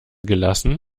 gelassen